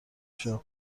شاپ